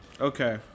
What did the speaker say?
Okay